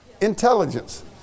intelligence